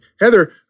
Heather